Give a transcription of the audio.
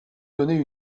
donner